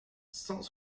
cent